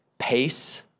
pace